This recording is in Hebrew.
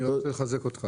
אני רק רוצה לחזק אותך,